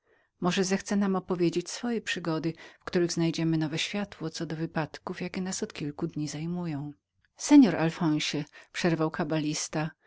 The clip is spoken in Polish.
może zechce nam opowiedzieć swoje przygody w których znajdziemy nowe światło co do wypadków jakie nas od kilku dni zajmują panie alfonsie przerwał kabalista